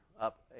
up